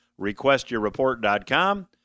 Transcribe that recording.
requestyourreport.com